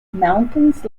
mountains